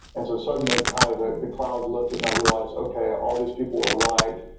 and so suddenly kind of the the clouds lifted and i realized okay all these people were right.